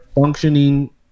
functioning